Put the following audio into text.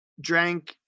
drank